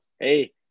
Hey